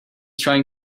trying